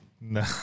No